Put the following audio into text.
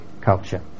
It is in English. culture